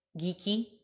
Geeky